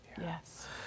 Yes